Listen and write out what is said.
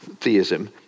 theism